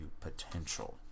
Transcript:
potential